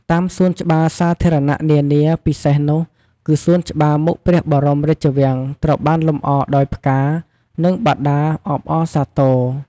តាមសួនច្បារសាធារណៈនានាពិសេសនោះគឺសួនច្បារមុខព្រះបរមរាជវាំងត្រូវបានលម្អដោយផ្កា និងបដាអបអរសាទរ។